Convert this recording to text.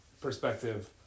perspective